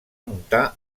muntar